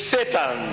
Satan